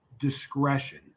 discretion